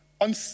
on